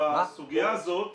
שבסוגיה הזאת